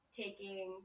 taking